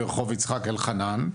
ברחוב יצחק אלחנן,